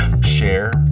share